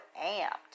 amped